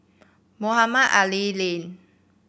Mohamed Ali Lane